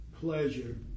pleasure